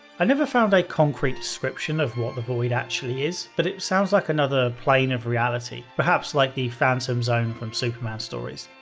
i never found a concrete description of what the void actually is, but it sounds like another plane of reality perhaps like the phantom zone from superman stories.